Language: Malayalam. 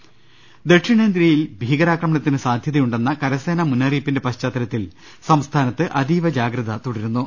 രുട്ട്ട്ട്ട്ട്ട്ട്ട ദക്ഷിണേന്തൃയിൽ ഭീകരാക്രമണത്തിന് സാധ്യതയുണ്ടെന്ന കരസേനാ മുന്നറിയിപ്പിന്റെ പശ്ചാത്തലത്തിൽ സംസ്ഥാനത്ത് അതീവ ജാഗ്രത തുടരു ന്നു